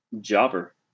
jobber